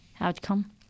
outcome